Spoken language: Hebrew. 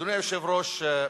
אדוני היושב-ראש,